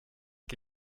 qui